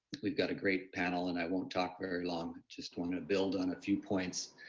we've got a great panel, and i won't talk very long. just want to build on a few points.